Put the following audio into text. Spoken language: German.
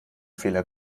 fehler